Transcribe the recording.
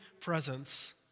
presence